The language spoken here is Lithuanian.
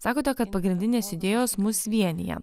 sakote kad pagrindinės idėjos mus vienija